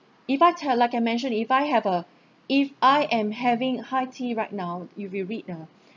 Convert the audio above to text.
if I tell like I mention if I have a if I am having high tea right now if you read a